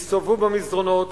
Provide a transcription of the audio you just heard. הסתובבו במסדרונות,